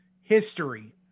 history